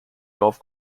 golf